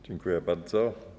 Dziękuję bardzo.